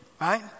right